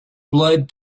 blood